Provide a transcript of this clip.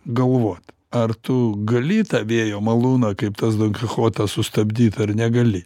galvot ar tu gali tą vėjo malūną kaip tas donkichotas sustabdyt ar negali